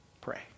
Pray